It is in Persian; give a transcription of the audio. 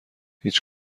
هیچ